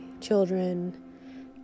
children